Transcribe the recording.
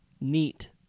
Neat